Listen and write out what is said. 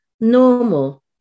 normal